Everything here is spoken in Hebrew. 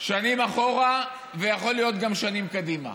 שנים אחורה, ויכול להיות גם שנים קדימה,